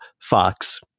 fox